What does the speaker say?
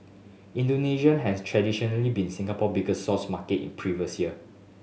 Indonesia has traditionally been Singapore biggest source market in previous year